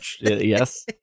Yes